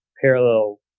parallel